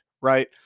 right